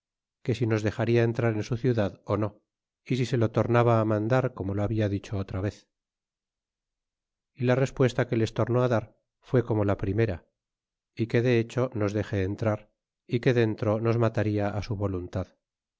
que si nos dexaria entrar en su ciudad ó no y si se lo tornaba mandar como lo habla dicho otra vez y la respuesta que les tornó dar fué como la primera y que de hecho nos dexe entrar y que dentro nos matarla su voluntad